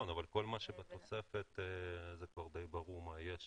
נכון, אבל כל מה שהתוספת, כבר די ברור מה יהיה שם.